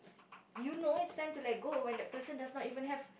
you know it's time to let go when that person does not even have